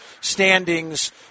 standings